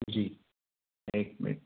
जी